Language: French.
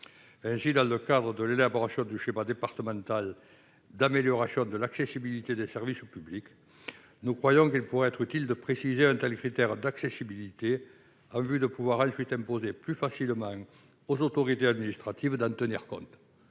Ainsi, dans le cadre de l'élaboration du schéma départemental d'amélioration de l'accessibilité des services au public, il peut être utile de préciser un tel critère d'accessibilité pour pouvoir imposer ensuite plus facilement aux autorités administratives sa prise en compte.